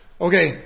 Okay